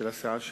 של הסיעה שלנו,